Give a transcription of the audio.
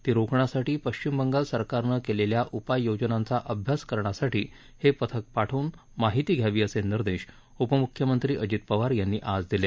ती रोखण्यासाठी पश्चिम बंगाल सरकारनं केलेल्या उपाय योजनांचा अभ्यास करण्यासाठी हे पथक पाठवून माहिती घ्यावी असे निर्देश उपम्ख्यमंत्री अजित पवार यांनी आज दिले